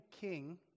king